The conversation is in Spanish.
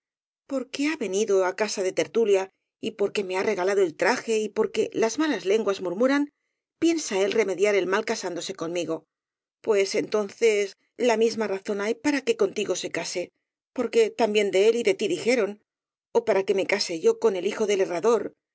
lisonjeada porque ha venido á casa de tertulia y porque me ha regalado el traje y porque las malas lenguas murmuran piensa él re mediar el mal casándose conmigo pues entonces la misma razón hay para que contigo se case por que también de él y de tí dijeron ó para que me case yo con el hijo del herrador ya